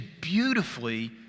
beautifully